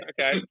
okay